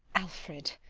alfred!